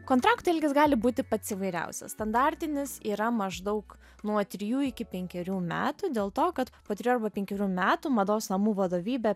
kontrakto ilgis gali būti pats įvairiausias standartinis yra maždaug nuo trijų iki penkerių metų dėl to kad po trijų arba penkerių metų mados namų vadovybė